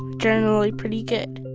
generally pretty good